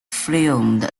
filmed